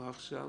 אמרה עכשיו.